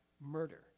murder